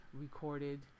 recorded